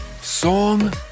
song